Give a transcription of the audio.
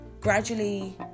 gradually